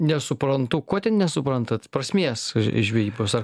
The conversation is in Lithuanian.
nesuprantu ko nesuprantat prasmės žvejybos ar